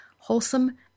Wholesome